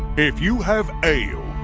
if you have ale,